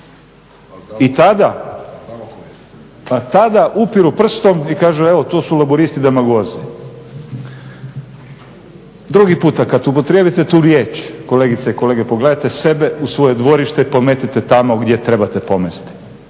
A tada upirom prstom, evo tu su Laburisti-demagozi. Drugi puta kada upotrijebite tu riječ, pogledajte sebe u svoje dvorište, pometite tamo gdje treba pomesti.